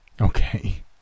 Okay